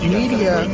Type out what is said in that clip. media